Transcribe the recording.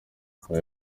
yagize